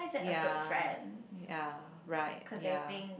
ya ya right ya